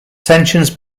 tensions